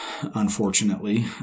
unfortunately